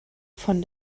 von